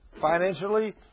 financially